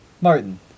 Martin